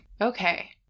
Okay